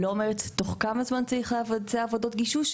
לא אומרת תוך כמה זמן צריך לבצע עבודות גישוש.